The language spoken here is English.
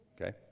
Okay